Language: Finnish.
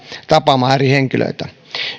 tapamaan eri henkilöitä